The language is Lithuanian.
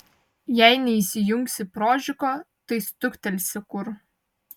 jei neįsijungsi prožiko tai stuktelsi kur